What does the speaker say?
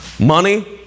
Money